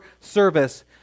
service